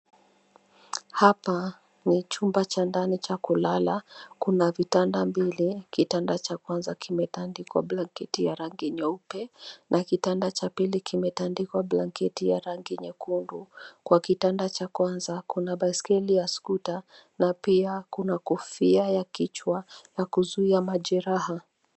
Hapa ni chumba cha ndani cha kulala. Kuna vitanda mbili, kitanda cha kwanza kimetandikwa blanketi ya rangi nyeupe na kitanda cha pili kimetandikwa blanketi ya rangi nyekundu. Kwa kitanda cha kwanza kuna baiskeli ya sukuta na pia kuna kofia ya kichwa ya kuzuia majeraha.